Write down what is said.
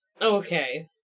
Okay